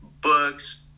books